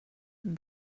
them